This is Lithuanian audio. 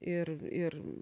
ir ir